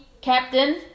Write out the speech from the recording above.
captain